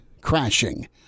crashing